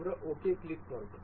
আমরা OK এ click করব